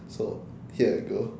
so here I go